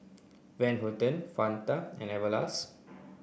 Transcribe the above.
Van Houten Fanta and Everlast